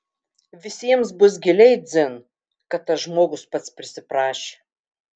visiems bus giliai dzin kad tas žmogus pats prisiprašė